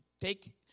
Take